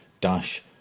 dash